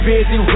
Busy